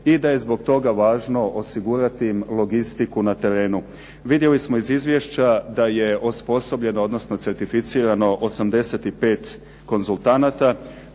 i da je zbog toga važno osigurati im logistiku na terenu. Vidjeli smo iz izvješća da je osposobljeno, odnosno certificirano 85 konzultanata,